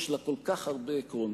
יש לה כל כך הרבה עקרונות,